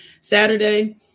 Saturday